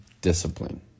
discipline